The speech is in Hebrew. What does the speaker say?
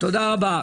תודה רבה.